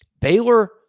Baylor